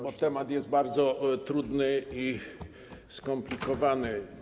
bo temat jest bardzo trudny i skomplikowany.